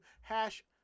Hash